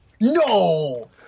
No